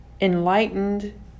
enlightened